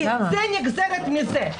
כי זאת נגזרת של זה.